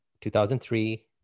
2003